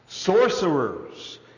sorcerers